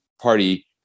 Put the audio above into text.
Party